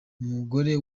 umugore